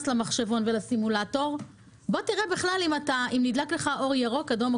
למחשבון או לסימולטור בוא תראה אם נדלק לך אור אדום,